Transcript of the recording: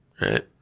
Right